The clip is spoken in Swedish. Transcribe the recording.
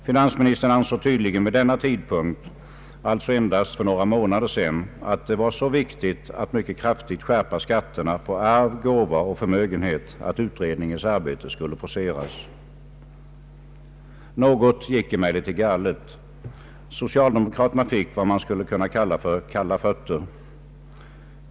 Finansministern ansåg tydligen vid denna tidpunkt, alltså endast för några månader sedan, att det var så viktigt att mycket kraftigt skärpa skatterna på arv, gåva och förmögenhet att utredningens arbete skulle forceras. Något gick emellertid galet. Socialdemokraterna fick vad man skulle kunna kalla för kalla fötter.